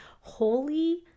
Holy